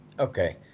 Okay